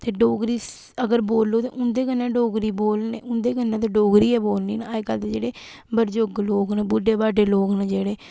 ते डोगरी अगर बोलो ते उंदे कन्नै डोगरी बोलनी उंदे कन्नै ते डोगरी गै बोलनी ना अज्जकल दे जेह्ड़े बजुर्ग लोग न बुड्ढे बाड्डे लोग न जेह्ड़े